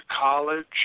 college